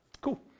Cool